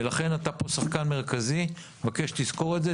לכן אתה פה שחקן מרכזי, אני מבקש שתזכור את זה.